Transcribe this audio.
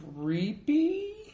Creepy